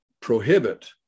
prohibit